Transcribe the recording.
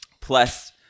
plus